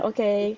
Okay